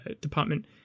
department